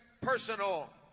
personal